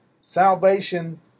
salvation